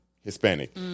Hispanic